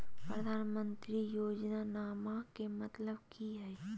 प्रधानमंत्री योजनामा के मतलब कि हय?